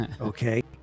okay